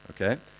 okay